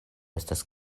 estas